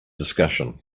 discussion